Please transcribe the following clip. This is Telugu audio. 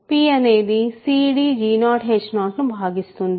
p అనేది cdg0h0 ను భాగిస్తుంది